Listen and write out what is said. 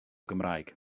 gymraeg